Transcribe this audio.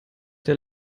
der